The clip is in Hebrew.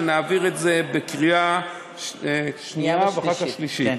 שנעביר את בקריאה שנייה ואחר כך שלישית.